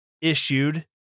issued